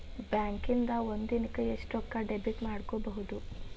ಬ್ಯಾಂಕಿಂದಾ ಒಂದಿನಕ್ಕ ಎಷ್ಟ್ ರೊಕ್ಕಾ ಡೆಬಿಟ್ ಮಾಡ್ಕೊಬಹುದು?